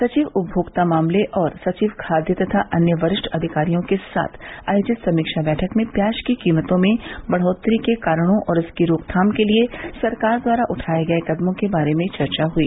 सचिव उपमोक्ता मामले और सचिव खाद्य तथा अन्य वरिष्ठ अधिकारियों के साथ आयोजित समीक्षा बैठक में प्याज की कीमतों में बढ़ोतरी के कारणों और इसकी रोकथाम के लिए सरकार द्वारा उठाए गए कदमों के बारे में चर्चा हुई